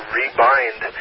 rebind